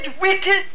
wicked